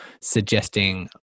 suggesting